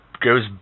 Goes